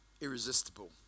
irresistible